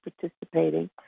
participating